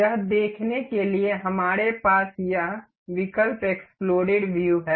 यह देखने के लिए हमारे पास यह विकल्प एक्स्प्लोडेड व्यू है